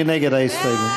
מי נגד ההסתייגות?